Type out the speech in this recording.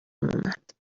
اومد